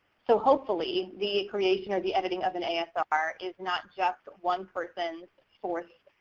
so hopefully the creation or the editing of an asr is not just one person's source,